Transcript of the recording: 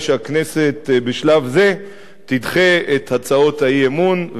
שהכנסת בשלב זה תדחה את הצעות האי-אמון,